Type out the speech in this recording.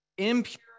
impure